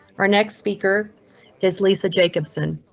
our next speaker is lisa jacobson.